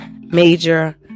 major